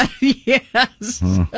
Yes